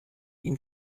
ihm